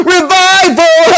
Revival